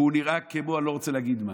והוא נראה כמו אני לא רוצה להגיד מה.